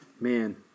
Man